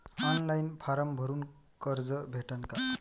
Online form भरून कर्ज भेटन का?